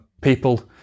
People